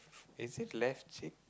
is it less cheap